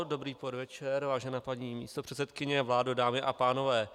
Dobrý podvečer, vážená paní místopředsedkyně, vládo, dámy a pánové.